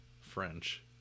French